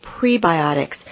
prebiotics